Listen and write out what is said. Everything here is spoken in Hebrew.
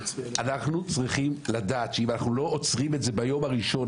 אנחנו צריכים לדעת שאם אנחנו לא עוצרים את זה ביום הראשון,